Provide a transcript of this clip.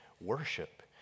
worship